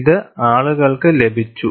ഇത് ആളുകൾക്ക് ലഭിച്ചു